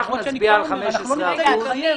אנחנו נצביע על 15 אחוזים.